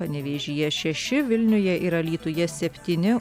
panevėžyje šeši vilniuje ir alytuje septyni